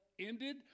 ended